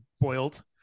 boiled